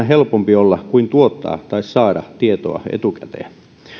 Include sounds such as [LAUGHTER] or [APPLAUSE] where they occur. [UNINTELLIGIBLE] helpompi olla kuin tuottaa tai saada tietoa etukäteen